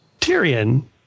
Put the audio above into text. Tyrion